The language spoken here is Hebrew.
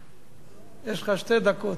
יש לך שתי דקות.